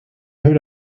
heard